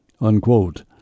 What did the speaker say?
unquote